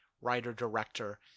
writer-director